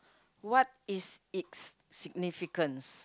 what is it's significance